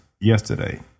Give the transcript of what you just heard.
yesterday